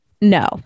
No